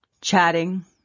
chatting